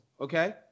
Okay